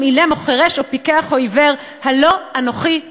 אלם או חרש או פקח או עור הלא אנכי ה'",